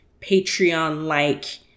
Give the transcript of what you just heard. Patreon-like